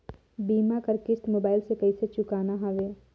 बीमा कर किस्त मोबाइल से कइसे चुकाना हवे